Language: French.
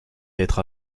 être